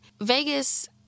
Vegas